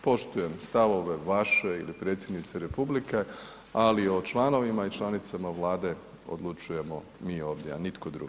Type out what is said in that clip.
Poštujem stavove vaše ili predsjednice Republike ali o članovima i članicama Vlade odlučujemo mi ovdje a nitko drugi.